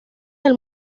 del